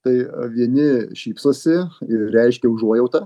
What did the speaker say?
tai vieni šypsosi ir reiškia užuojautą